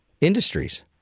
industries